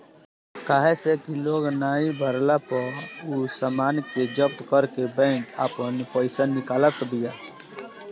काहे से कि लोन नाइ भरला पअ उ सामान के जब्त करके बैंक आपन पईसा निकालत बिया